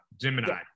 Gemini